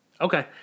Okay